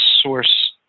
source